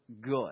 good